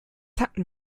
hatten